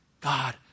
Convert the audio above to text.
God